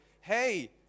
hey